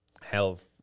health